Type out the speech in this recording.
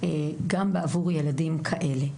גם בעבור ילדים כאלה.